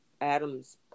Adam's